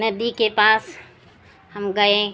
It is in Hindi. नदी के पास हम गए